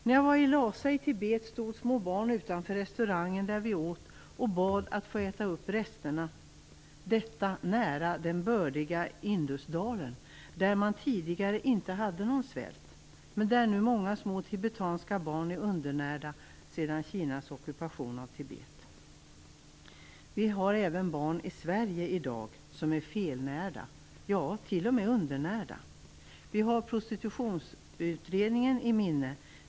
När jag var i Lhasa i Tibet stod små barn utanför restaurangen där vi åt och bad att få äta upp resterna. Detta hände nära den bördiga Indusdalen, där man tidigare inte hade någon svält, men där nu många små tibetanska barn är undernärda sedan Kinas ockupation av Tibet. Vi har även barn i Sverige i dag som är felnärda, ja, till och med undernärda. Vi har Prostitutionsutredningen i minne.